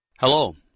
Hello